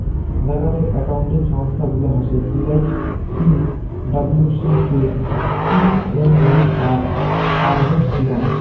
জাগাতের একাউন্টিং সংস্থা গুলা হসে Deloitte, P W C, K P M G, আর আর্নেস্ট ইয়ং